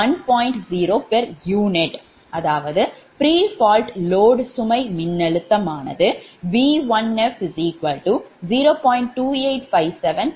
0 𝑝𝑢 prefault load சுமை மின்னழுத்தம் 𝑉1𝑓0